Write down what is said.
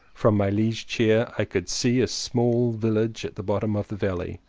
from my liege chair i could see a small village at the bottom of the valley,